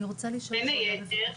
בין היתר,